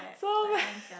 so bad